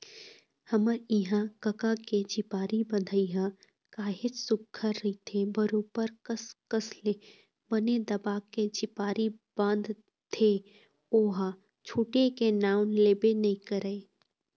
हमर इहाँ कका के झिपारी बंधई ह काहेच सुग्घर रहिथे बरोबर कस कस ले बने दबा के झिपारी बांधथे ओहा छूटे के नांव लेबे नइ करय